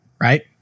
right